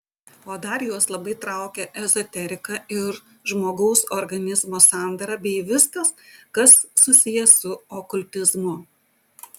o dar juos labai traukia ezoterika ir žmogaus organizmo sandara bei viskas kas susiję su okultizmu